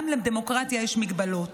גם לדמוקרטיה יש מגבלות.